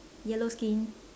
yellow skin